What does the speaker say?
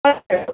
hello